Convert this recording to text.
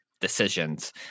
decisions